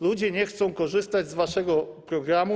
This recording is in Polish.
Ludzie nie chcą korzystać z waszego programu.